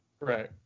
Right